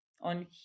on